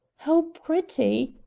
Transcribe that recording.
how pretty,